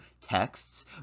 texts